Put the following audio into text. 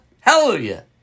Hallelujah